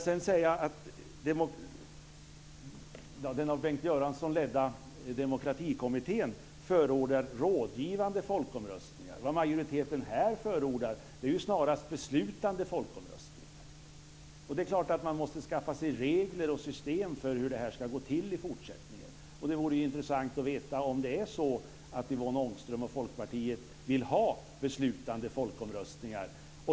Den av Bengt Göransson ledda Demokratikommittén förordar rådgivande folkomröstningar. Vad majoriteten här förordar är ju snarast beslutande folkomröstningar. Det är klart att man måste skaffa sig regler och system för hur det här ska gå till i fortsättningen, och det vore intressant att veta om det är så att Yvonne Ångström och Folkpartiet vill ha beslutande folkomröstningar.